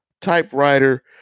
typewriter